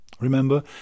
Remember